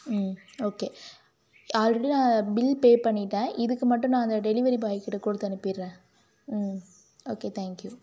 ம் okay already நான் bill pay பண்ணிவிட்டேன் இதுக்கு மட்டும் நான் அந்த டெலிவரி பாய் கிட்டே கொடுத்து அனுப்பிடுறேன் ம் ஓகே தேங்க் யூ